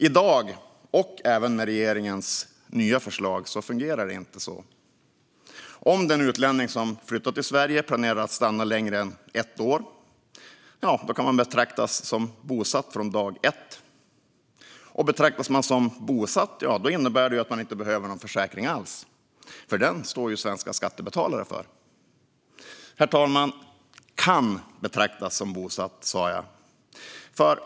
I dag, och även enligt regeringens nya förslag, fungerar det inte så. Om man som utlänning flyttar till Sverige och planerar att stanna längre än ett år kan man betraktas som bosatt från dag ett. Betraktas man som bosatt innebär det att man inte behöver någon försäkring alls, för den står svenska skattebetalare för. Herr talman! Kan betraktas som bosatt, sa jag.